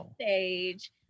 stage